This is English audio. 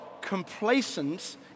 complacent